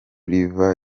riva